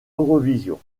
eurovision